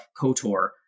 kotor